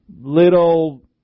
little